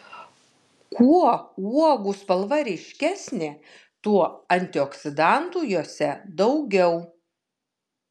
kuo uogų spalva ryškesnė tuo antioksidantų jose daugiau